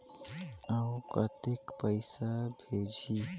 अउ कतेक पइसा भेजाही?